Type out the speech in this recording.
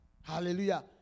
Hallelujah